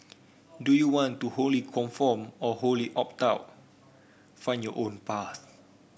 do you want to wholly conform or wholly opt out find your own path